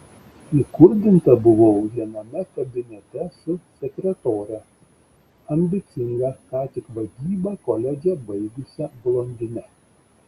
įkurdinta buvau viename kabinete su sekretore ambicinga ką tik vadybą koledže baigusia blondine